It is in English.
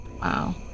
Wow